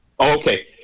Okay